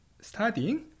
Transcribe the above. studying